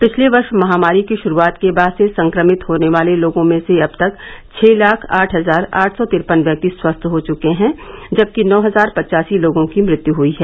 पिछले वर्ष महामारी की शुरूआत के बाद से संक्रमित होने वाले लोगों में से अब तक छः लाख आठ हजार आठ सौ तिरपन व्यक्ति स्वस्थ हो चुके हैं जबकि नौ हजार पचासी लोगों की मृत्यु हुई है